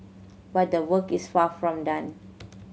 but the work is far from done